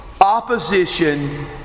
opposition